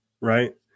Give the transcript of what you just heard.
right